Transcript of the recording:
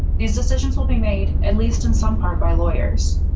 these decisions will be made at least in some part by lawyers,